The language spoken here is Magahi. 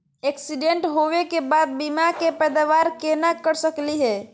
एक्सीडेंट होवे के बाद बीमा के पैदावार केना कर सकली हे?